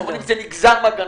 הצהרונים זה נגזר מהגננות.